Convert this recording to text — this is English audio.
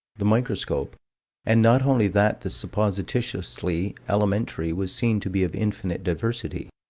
the microscope and not only that the supposititiously elementary was seen to be of infinite diversity,